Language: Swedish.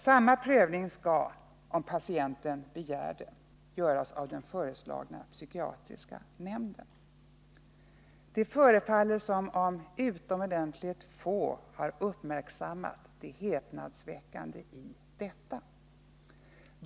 Samma prövning skall, om patienten begär det, göras av den föreslagna psykiatriska nämnden. Det förefaller som om utomordentligt få har uppmärksammat det häpnadsväckande i detta.